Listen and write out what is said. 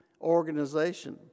organization